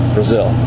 Brazil